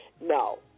No